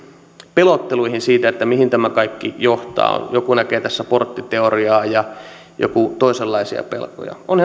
pelotteluihin siitä että mihin tämä kaikki johtaa joku näkee tässä porttiteoriaa ja joku toisenlaisia pelkoja on